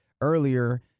earlier